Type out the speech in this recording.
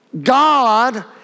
God